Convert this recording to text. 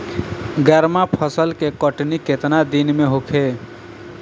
गर्मा फसल के कटनी केतना दिन में होखे?